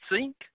sink